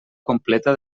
completa